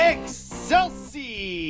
Excelsi